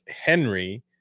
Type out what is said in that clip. Henry